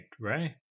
right